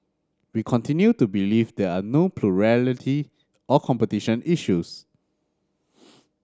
we continue to believe there are no plurality or competition issues